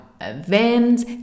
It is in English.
events